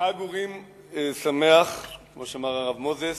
חג אורים שמח, כמו שאמר הרב מוזס.